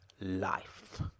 life